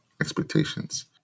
expectations